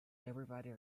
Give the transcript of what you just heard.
everybody